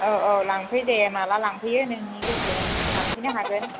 औ औ लांफै दे माब्ला लांफैयो नोंनि गोसो लांफैनो हागोन